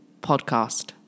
podcast